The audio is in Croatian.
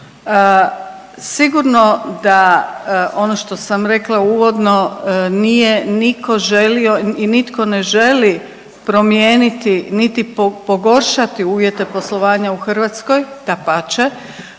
Sigurno da ono što sam rekla uvodno nije niko želio i nitko ne želi promijeniti, niti pogoršati uvjete poslovanja u Hrvatskoj, dapače,